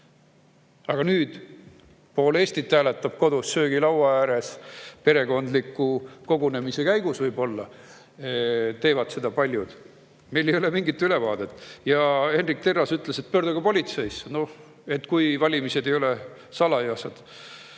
Aga pool Eestit hääletab kodus söögilaua ääres, perekondliku kogunemise käigus võib-olla teevad seda paljud. Meil ei ole mingit ülevaadet. Hendrik Terras ütles, et pöörduge politseisse, kui valimised ei ole salajased.